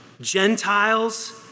Gentiles